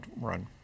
run